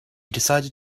decided